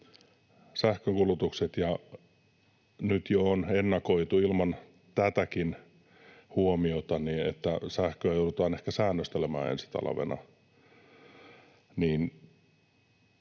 sähkönkulutukset. Jo nyt on ennakoitu ilman tätäkin huomiota, että sähköä joudutaan ehkä säännöstelemään ensi talvena.